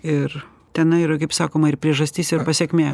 ir tenai yra kaip sakoma ir priežastis ir pasekmė